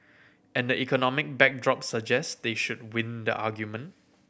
and the economic backdrop suggest they should win the argument